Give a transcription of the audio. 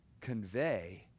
convey